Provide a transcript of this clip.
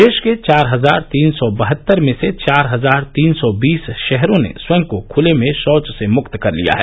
देश के चार हजार तीन सौ बहत्तर में से चार हजार तीन सौ बीस शहरों ने स्वयं को खूले में शौंच से मुक्त घोषित किया है